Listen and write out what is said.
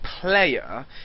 player